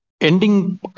Ending